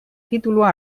titulua